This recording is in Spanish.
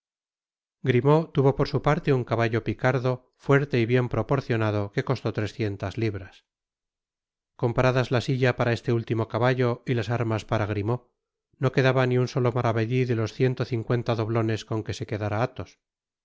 grimaud tuvo por su parte un caballo picardo fuerte yjjbien proporcionado que cosió trescientas libras compradas la silla para este último caballo y las armas para grimaud no quedaba ni un solo maravedi de los ciento cincuenta doblones con que se quedara athos